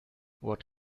what